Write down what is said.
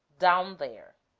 down there.